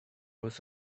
was